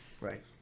right